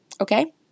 Okay